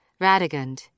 Radigund